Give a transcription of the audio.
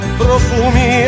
profumi